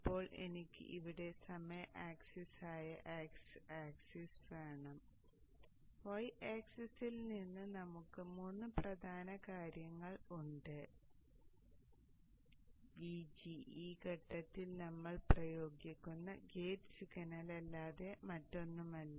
ഇപ്പോൾ എനിക്ക് ഇവിടെ സമയ ആക്സിസായ x ആക്സിസ് വേണം y ആക്സിസിൽ നമുക്ക് മൂന്ന് പ്രധാന കാര്യങ്ങൾ ഉണ്ട് Vg Vg ഈ ഘട്ടത്തിൽ നമ്മൾ പ്രയോഗിക്കുന്ന ഗേറ്റ് സിഗ്നൽ അല്ലാതെ മറ്റൊന്നുമല്ല